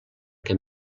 que